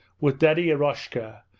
with daddy eroshka,